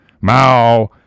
Mao